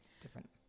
different